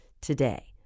Today